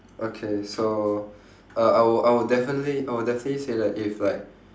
okay so uh I wou~ I would definitely I would definitely say that if like